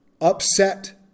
upset